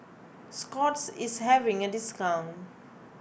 Scott's is having a discount